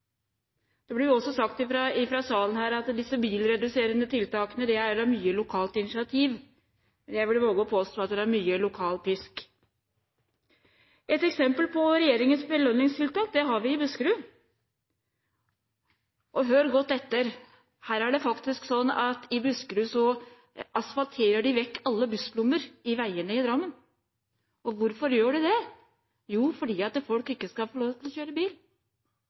Det blir også sagt i salen at disse bilreduserende tiltakene kommer etter mye lokalt initiativ. Men jeg vil våge å påstå at det er mye lokal pisk. Ett eksempel på regjeringens belønningstiltak har vi i Buskerud. Og hør godt etter: Det er faktisk sånn at i Drammen i Buskerud asfalterer de vekk alle busslommer i veiene. Hvorfor gjør de det? Jo, det er fordi folk ikke skal få lov til å kjøre bil,